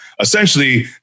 essentially